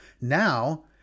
Now